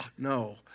No